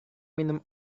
minum